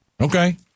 Okay